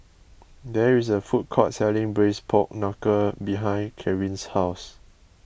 there is a food court selling Braised Pork Knuckle behind Caryn's house